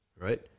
Right